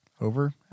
over